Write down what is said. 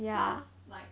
sounds like